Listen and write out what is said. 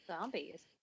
Zombies